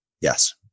Yes